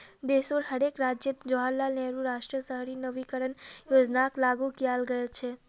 देशोंर हर एक राज्यअत जवाहरलाल नेहरू राष्ट्रीय शहरी नवीकरण योजनाक लागू कियाल गया छ